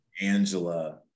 angela